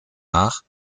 nach